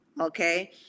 okay